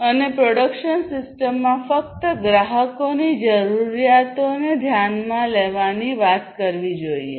અને પ્રોડક્શન સિસ્ટમમાં ફક્ત ગ્રાહકોની જરૂરિયાતોને ધ્યાનમાં લેવાની વાત કરવી જોઈએ